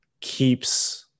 keeps